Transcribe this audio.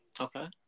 Okay